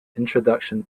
introduction